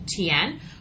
TN